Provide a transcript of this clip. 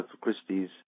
Christie's